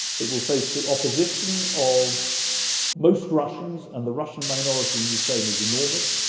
it will face the opposition of most russians and the russian minority in ukraine is enormous.